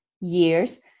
years